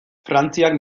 frantziak